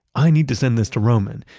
i need to send this to roman.